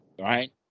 right